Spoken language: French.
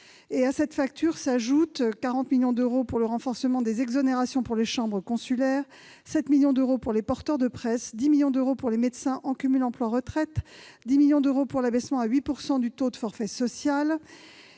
À cette facture, s'ajoutent 40 millions d'euros pour le renforcement des exonérations pour les chambres consulaires, 7 millions d'euros pour les porteurs de presse, 10 millions d'euros pour les médecins en cumul emploi-retraite et 10 millions d'euros pour l'abaissement à 8 % du taux de forfait social.